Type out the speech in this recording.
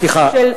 סליחה.